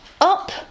up